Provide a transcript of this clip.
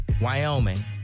Wyoming